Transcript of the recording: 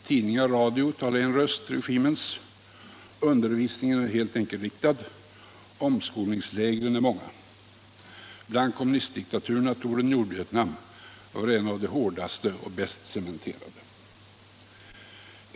Tidningar och radio talar med en röst — regimens. Undervisningen är helt enkelriktad, och omskolningslägren är många. Bland kommunistdiktaturerna torde Nordvietnam vara en av de hårdaste och bäst cementerade.